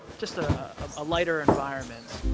just a ah lighter environment.